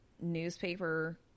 newspaper